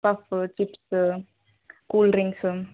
puff chips cool drinks